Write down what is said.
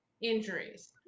injuries